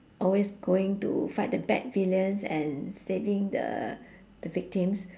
always going to fight the bad villains and saving the the victims